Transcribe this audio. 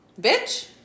bitch